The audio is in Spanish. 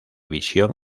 visión